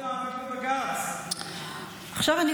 זה לא